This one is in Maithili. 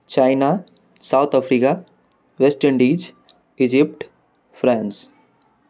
China South Africa West Indies Egypt France